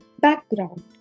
Background